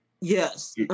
Yes